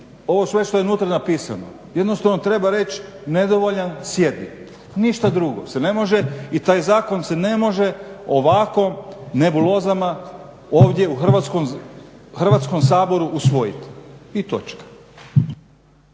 ovo sve što je unutra napisano, jednostavno treba reći, nedovoljan, sjedi, ništa drugo se ne može i taj zakon se ne može ovako nebulozama ovdje u Hrvatskom saboru usvojiti. I točka.